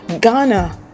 Ghana